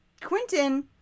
Quentin